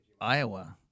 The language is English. Iowa